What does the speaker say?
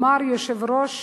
אמר יושב-ראש